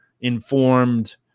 informed